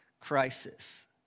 Crisis